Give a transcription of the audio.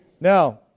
Now